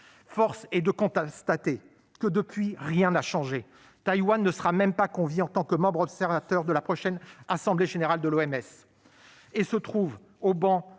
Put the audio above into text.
Force est de constater que, depuis, rien n'a changé. Taïwan ne sera même pas conviée en tant que membre observateur de la prochaine assemblée générale de l'OMS